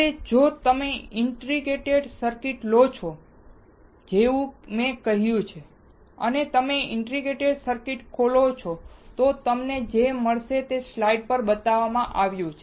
હવે જો તમે ઈન્ટિગ્રેટેડ સર્કિટ લો છો જેવું મેં કહ્યું છે અને તમે ઇન્ટિગ્રેટેડ સર્કિટ ખોલો છો તો તમને જે મળશે તે જ સ્લાઇડમાં બતાવવામાં આવ્યું છે